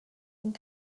and